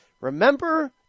Remember